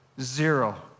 Zero